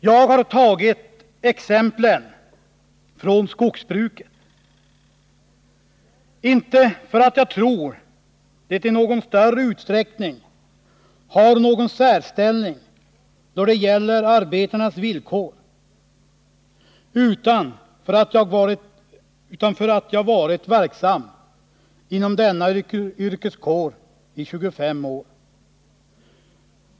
Jag har tagit exemplen från skogsbruket, inte för att jag tror att det i någon större utsträckning har någon särställning då det gäller arbetarnas villkor, utan för 125 att jag varit verksam inom denna yrkeskår i 25 år.